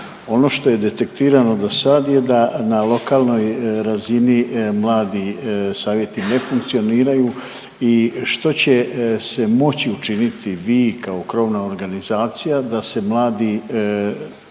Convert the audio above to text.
Ono što je detektirano do sad je da na lokalnoj razini mladi savjeti ne funkcioniraju i što će se moći učiniti vi kao krovna organizacija da se mladi